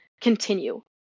continue